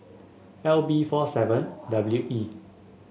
L B four seven W E